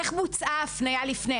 איך בוצעה הפניה לפני?